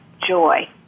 joy